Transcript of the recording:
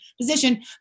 position